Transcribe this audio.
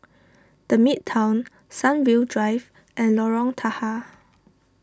the Midtown Sunview Drive and Lorong Tahar